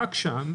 רק שם,